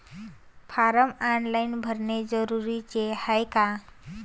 Form online भरने जरुरीचे हाय का?